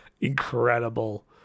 Incredible